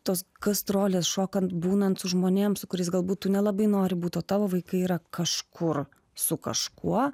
tos gastrolės šokant būnant su žmonėm su kuriais galbūt tu nelabai nori būt o tavo vaikai yra kažkur su kažkuo